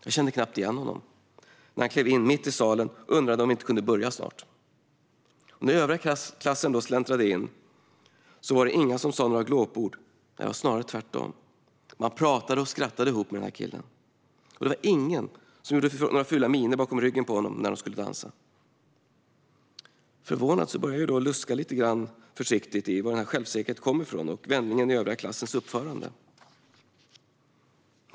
Jag kände knappt igen honom när han klev in mitt i salen och undrade om vi inte skulle börja snart. Och när övriga klassen släntrade in var det ingen som sa några glåpord. Det var snarare tvärtom. Man pratade och skrattade ihop med killen. Och det var ingen som gjorde fula miner bakom ryggen på honom när de skulle dansa. Förvånad började jag försiktigt luska i var denna självsäkerhet och vändningen i övriga klassens uppförande kom ifrån.